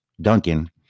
Duncan